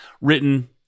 written